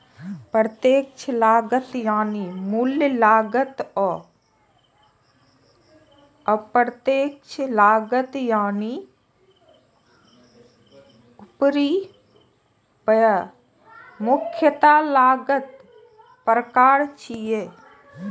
प्रत्यक्ष लागत यानी मूल लागत आ अप्रत्यक्ष लागत यानी उपरिव्यय मुख्यतः लागतक प्रकार छियै